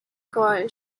called